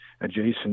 adjacent